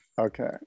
Okay